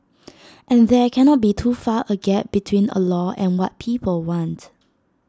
and there cannot be too far A gap between A law and what people want